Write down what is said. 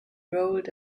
rolled